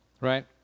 right